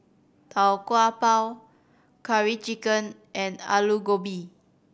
Tau Kwa Pau Curry Chicken and Aloo Gobi